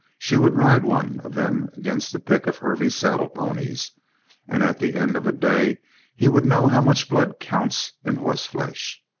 she would ride one of them against the pick of hervey's saddle ponies and at the end of a day he would know how much blood counts in horse flesh!